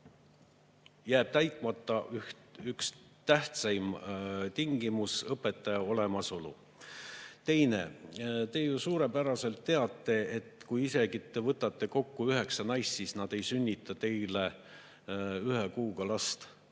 jääb täitmata üks tähtsaim tingimus: õpetaja olemasolu. Teine. Te ju suurepäraselt teate, et isegi kui te võtate kokku üheksa naist, siis nad ei sünnita teile ühe kuuga last.